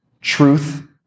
Truth